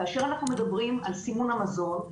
כאשר אנחנו מדברים על סימון המזון,